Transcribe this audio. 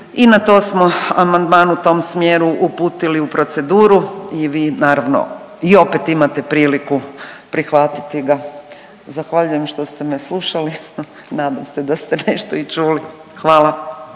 i na to smo amandman u tom smjeru uputili u proceduru i vi naravno i opet imate priliku prihvatiti ga. Zahvaljujem što ste me slušali, nadam se da ste nešto i čuli, hvala.